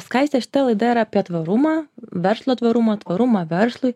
skaiste šita laida apie yra tvarumą verslo tvarumą tvarumą verslui